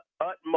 utmost